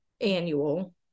annual